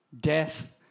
Death